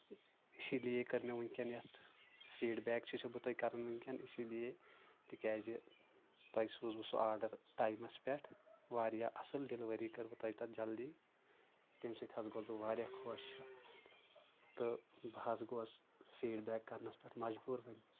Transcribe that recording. اسلیے کٔر مےٚ ؤنکیٚن یتھ فیٖڈ بیک چھُس بہٕ تۄیہِ کران ؤنکیٚن اسی لیے تِکیٛازِ تۄہہِ سوٗزوٕ سُہ آرڈر ٹایمس پٮ۪ٹھ واریاہ اصل ڈلوری کٔروٕ تۄہہِ تتھ جلدی تمہِ سۭتۍ حظ گووُس بہٕ واریاہ خۄش تہٕ بہٕ حظ گووُس فیٖڈ بیک کرنس پٮ۪ٹھ مجبوٗر وۄنۍ